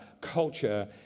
culture